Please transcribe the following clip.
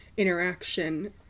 Interaction